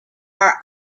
are